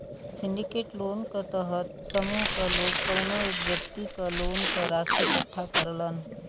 syndicate loan क तहत समूह क लोग कउनो एक व्यक्ति क लोन क राशि इकट्ठा करलन